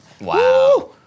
Wow